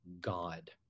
God